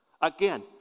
Again